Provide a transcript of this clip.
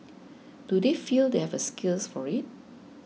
do they feel they have skills for it